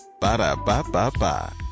Ba-da-ba-ba-ba